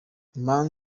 inama